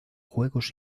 juegos